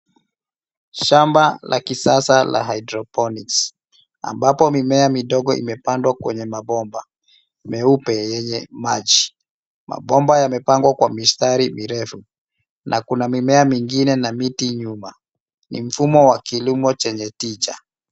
Shamba la kisasa la hydroponics ambapo mimea midogo imepandwa kwenye mabomba meupe yenye maji. Mabomba yamepangwa mistari mirefu na kuna mimema mingine na miti nyuma. Ni mfumo wa kilimo chenye tija.